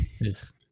yes